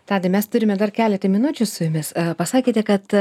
tadai mes turime dar keletą minučių su jumis pasakėte kad